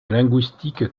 linguistique